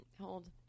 Hold